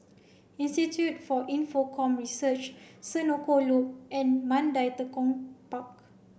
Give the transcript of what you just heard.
institute for Infocomm Research Senoko Loop and Mandai Tekong Park